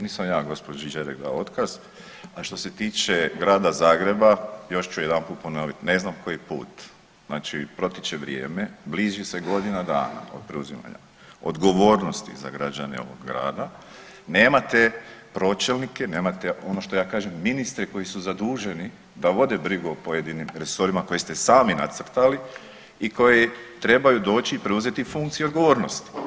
Nisam ja gospođi Đerek dao otkaz, a što se tiče grada Zagreba još ću jedanput ponoviti ne znam koji put, znači protiče vrijeme, bliži se godina dana od preuzimanja odgovornosti za građane ovog grada, nemate pročelnike, nemate ono što ja kažem ministre koji su zaduženi da vode brigu o pojedinim resorima koje ste sami nacrtali i koji trebaju doći i preuzeti funkciju i odgovornost.